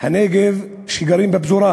הנגב שגרים בפזורה,